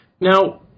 Now